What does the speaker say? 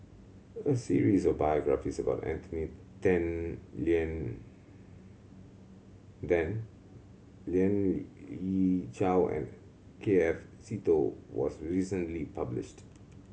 a series of biographies about Anthony Then Lien Then Lien Ying Chow and K F Seetoh was recently published